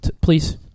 please